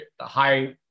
high